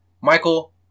Michael